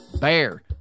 BEAR